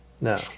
no